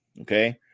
okay